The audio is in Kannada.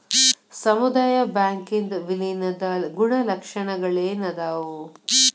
ಸಮುದಾಯ ಬ್ಯಾಂಕಿಂದ್ ವಿಲೇನದ್ ಗುಣಲಕ್ಷಣಗಳೇನದಾವು?